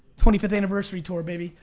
twenty fifth anniversary tour, baby!